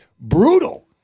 brutal